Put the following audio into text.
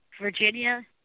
Virginia